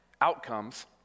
outcomes